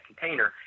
container